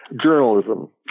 journalism